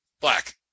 Black